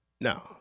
No